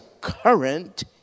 current